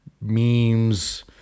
memes